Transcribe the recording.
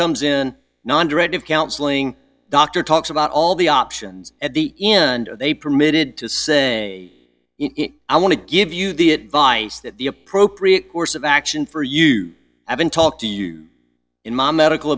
comes in non directive counseling doctor talks about all the options at the end and they permitted to say i want to give you the advice that the appropriate course of action for you haven't talked to you in my medical